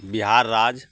बिहार राज्य